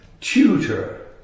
tutor